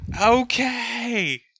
Okay